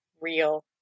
real